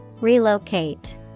Relocate